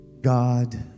God